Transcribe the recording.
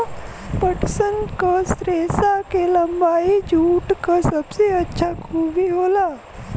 पटसन क रेसा क लम्बाई जूट क सबसे अच्छा खूबी होला